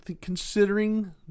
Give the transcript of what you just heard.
considering